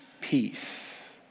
peace